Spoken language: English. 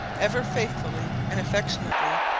ever faithfully and affectionately,